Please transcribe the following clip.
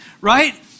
right